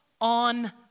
on